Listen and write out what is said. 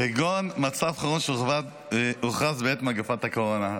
-- כגון, מצב חירום שהוכרז בעת מגפת הקורונה.